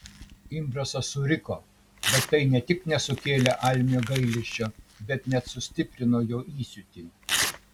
imbrasas suriko bet tai ne tik nesukėlė almio gailesčio bet net sustiprino jo įsiūtį